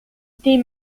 des